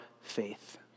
faith